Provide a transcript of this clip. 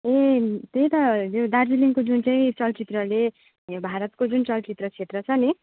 ए त्यही त यो दार्जिलिङको जुन चाहिँ चलचित्रले भारतको जुन चलचित्र क्षेत्र छ नि